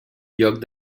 lloc